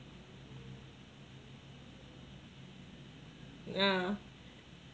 yeah